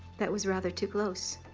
that was rather too close.